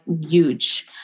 huge